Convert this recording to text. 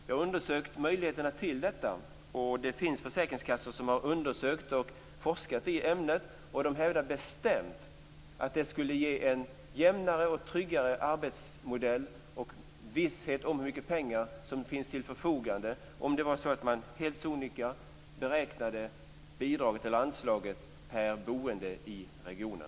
Jag har undersökt möjligheterna till detta, och det finns försäkringskassor som har undersökt och forskat i ämnet, och de hävdar bestämt att det skulle ge en jämnare och tryggare arbetsmodell och visshet om hur mycket pengar som finns till förfogande om man helt sonika beräknade bidraget eller anslaget per boende i regionen.